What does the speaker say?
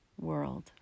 world